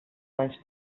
danys